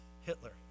Hitler